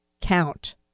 count